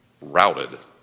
routed